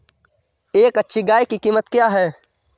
एक अच्छी गाय की कीमत क्या है?